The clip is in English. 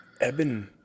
Eben